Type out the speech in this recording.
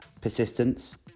persistence